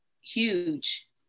huge